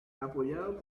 apoyado